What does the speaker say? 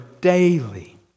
daily